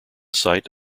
site